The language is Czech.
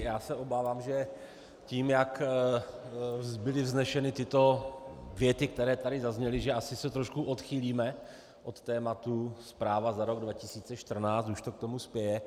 Já se obávám, že tím, jak byly vzneseny tyto věty, které tady zazněly, že asi se trošku odchýlíme od tématu zpráva za rok 2014, už to k tomu spěje.